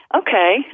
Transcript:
Okay